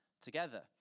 together